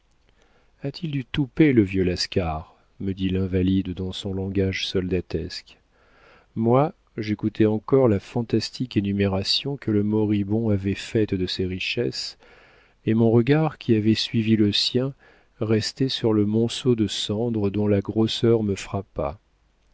brutus a-t-il du toupet le vieux lascar me dit l'invalide dans son langage soldatesque moi j'écoutais encore la fantastique énumération que le moribond avait faite de ses richesses et mon regard qui avait suivi le sien restait sur le monceau de cendres dont la grosseur me frappa